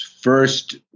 first